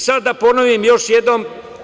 Sad da ponovim još jednom.